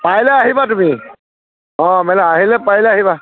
পাৰিলে আহিবা তুমি অঁ মেলা আহিলে পাৰিলে আহিবা